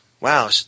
Wow